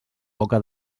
boca